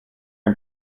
him